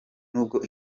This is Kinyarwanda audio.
n’ubwo